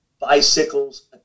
bicycles